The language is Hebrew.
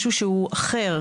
משהו שהוא אחר,